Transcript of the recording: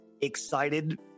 excited